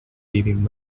weaving